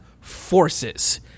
forces